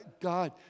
God